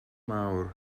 mawr